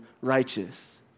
righteous